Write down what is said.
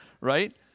right